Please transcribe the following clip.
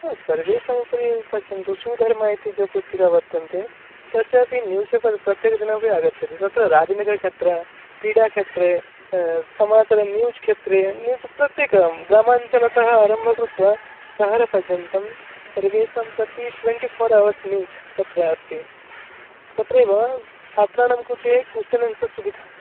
सर्वेषामुपरि पश्यन्तु सुधर्मा इति या पुस्तिका वर्तन्ते तस्यापि न्यूसेबल् प्रत्येकदिनमपि आगच्छति तत्र राजनिकक्षेत्रे क्रीडाक्षेत्रे समाचार न्यूस् क्षेत्रे न्यूस् प्रत्येकं ग्रामाञ्चलतः आरम्भं कृत्वा सहरपर्यन्तं सर्वेषां प्रति ट्वेण्टि फ़ोर् अवर्स् न्यूस् तत्र अस्ति तत्रेव छात्राणां कृते कोश्चन् आन्सर्स् सुविधा